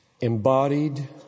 embodied